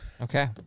okay